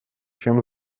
чем